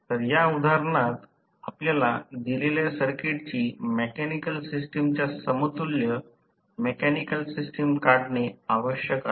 तर या उदाहरणात आपल्याला दिलेल्या सर्किटची मेकॅनिकल सिस्टमच्या समतुल्य मेकॅनिकल सिस्टम काढणे आवश्यक आहे